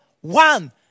one